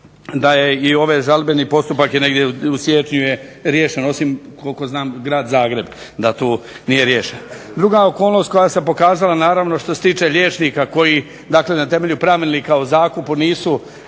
da je i ovaj žalbeni postupak negdje u siječnju riješen, osim koliko znam Grad Zagreb da tu nije riješen. Druga okolnost koja se pokazala naravno što se tiče liječnika koji dakle na temelju pravilnika o zakupu ne